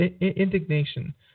indignation